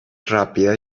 rápida